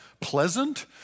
pleasant